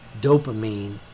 dopamine